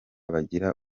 bagira